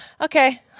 okay